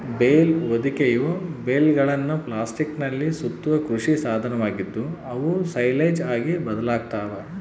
bale ಹೊದಿಕೆಯು ಬೇಲ್ಗಳನ್ನು ಪ್ಲಾಸ್ಟಿಕ್ನಲ್ಲಿ ಸುತ್ತುವ ಕೃಷಿ ಸಾಧನವಾಗಿದ್ದು, ಅವು ಸೈಲೇಜ್ ಆಗಿ ಬದಲಾಗ್ತವ